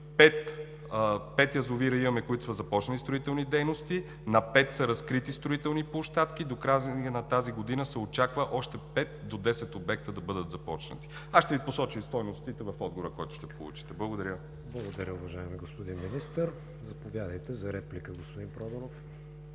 пет язовира, на които сме започнали строителни дейности, на пет са разкрити строителни площадки. До края на тази година се очаква още пет до 10 обекта да бъдат започнати. Аз ще Ви посоча и стойностите в отговора, който ще получите. Благодаря. ПРЕДСЕДАТЕЛ КРИСТИАН ВИГЕНИН: Благодаря, уважаеми господин Министър. Заповядайте за реплика, господин Проданов.